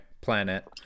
planet